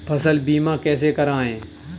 फसल बीमा कैसे कराएँ?